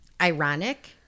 ironic